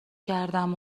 کردم